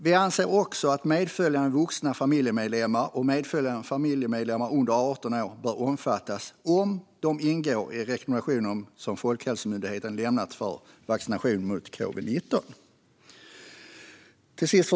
Vi anser också att medföljande vuxna familjemedlemmar och medföljande familjemedlemmar under 18 år bör omfattas om de ingår i rekommendationen som Folkhälsomyndigheten lämnat om vaccination mot covid-19. Fru talman!